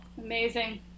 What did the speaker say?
Amazing